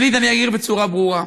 שנית, אגיד בצורה ברורה: